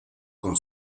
con